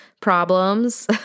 problems